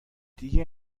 دیگه